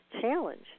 challenge